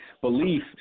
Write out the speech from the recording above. belief